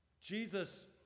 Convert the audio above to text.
Jesus